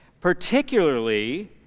particularly